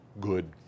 good